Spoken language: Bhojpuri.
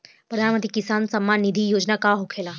प्रधानमंत्री किसान सम्मान निधि योजना का होखेला?